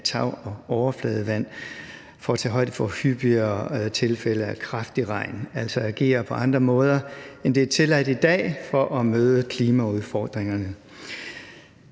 af tag- og overfladevand for at tage højde for hyppigere tilfælde af kraftig regn – altså agere på andre måder, end det er tilladt i dag, for at møde klimaudfordringerne.